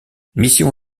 mission